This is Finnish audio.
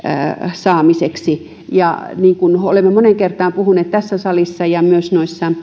saamiseksi ja niin kuin olemme moneen kertaan puhuneet tässä salissa ja myös